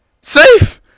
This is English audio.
Safe